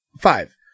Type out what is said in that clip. five